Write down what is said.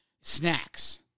snacks